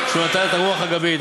הוא נתן את הרוח הגבית.